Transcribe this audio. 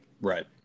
Right